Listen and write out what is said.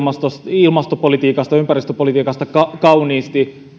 ilmastopolitiikasta ja ympäristöpolitiikasta kauniisti